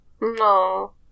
No